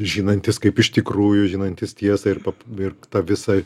žinantis kaip iš tikrųjų žinantis tiesą ir pap ir tą visą